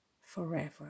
forever